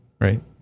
right